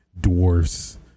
dwarfs